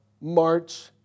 March